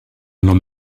nom